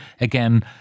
again